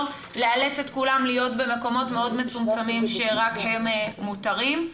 לאלץ את כולם להיות במקומות מאוד מצומצמים שרק הם מותרים.